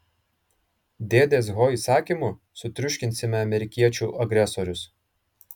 dėdės ho įsakymu sutriuškinsime amerikiečių agresorius